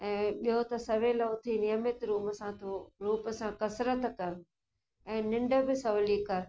ऐं ॿियो त सवेल उथी नियमित रूम सां रूप सां कसरतु कर ऐं निंढ बि सवली कर